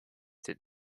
did